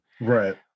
Right